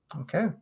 Okay